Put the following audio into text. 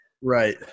Right